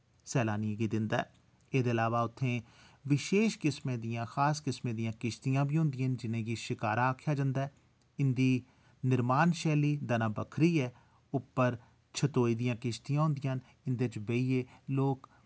सैलानियें गी दिंदा ऐ इ'दे अलावा उत्थै विशेश किस्में दियां खास किस्में दियां किश्तियां बी होंदियां न जि'नेंगी शिकारा आखेा जंदा ऐ इं'दी निर्माण शैली दना बक्खरी ऐ उप्पर छतोई दियां किश्तियां होंदियां न इं'दे च बेहियै लोक